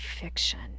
fiction